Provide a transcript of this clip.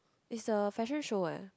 is a fashion show eh